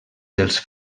dels